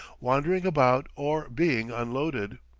wandering about, or being unloaded.